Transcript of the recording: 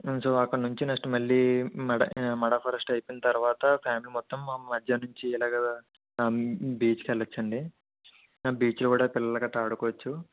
so అక్కడినుంచి next మళ్ళీ మడా మడా ఫారెస్ట్ అయిపోయిన తర్వాత ఫ్యామిలీ మొత్తం మధ్యాహ్నం నుంచి ఇలాగ బీచ్కి వెళ్ళొచ్చు అండి బీచ్లో కూడా పిల్లలు గట్ట ఆడుకోచ్చు